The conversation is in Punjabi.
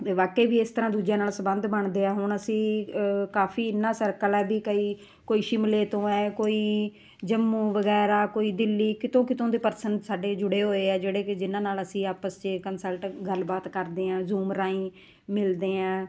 ਅਤੇ ਵਾਕੇ ਵੀ ਇਸ ਤਰ੍ਹਾਂ ਦੂਜਿਆਂ ਨਾਲ ਸੰਬੰਧ ਬਣਦੇ ਆ ਹੁਣ ਅਸੀਂ ਕਾਫੀ ਇੰਨਾ ਸਰਕਲ ਆਦੀ ਕਈ ਕੋਈ ਸ਼ਿਮਲੇ ਤੋਂ ਹੈ ਕੋਈ ਜੰਮੂ ਵਗੈਰਾ ਕੋਈ ਦਿੱਲੀ ਕਿਤੋਂ ਕਿਤੋਂ ਦੇ ਪਰਸਨ ਸਾਡੇ ਜੁੜੇ ਹੋਏ ਆ ਜਿਹੜੇ ਕਿ ਜਿਹਨਾਂ ਨਾਲ ਅਸੀਂ ਆਪਸ 'ਚ ਕੰਸਲਟ ਗੱਲਬਾਤ ਕਰਦੇ ਹਾਂ ਜੂਮ ਰਾਹੀਂ ਮਿਲਦੇ ਹਾਂ